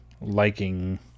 liking